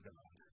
God